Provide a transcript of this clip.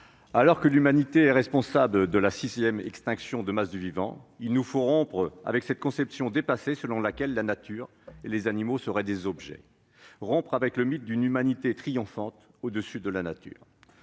alors que l'humanité est responsable de la sixième extinction de masse du vivant, il nous faut rompre avec cette conception dépassée selon laquelle la nature et les animaux seraient des objets et avec le mythe d'une humanité triomphante au-dessus de la nature.